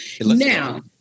Now